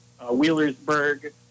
Wheelersburg